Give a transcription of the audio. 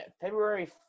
February